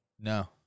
No